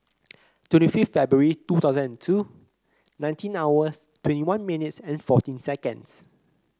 twenty fifth February two thousand and two nineteen hours twenty one minutes and fourteen seconds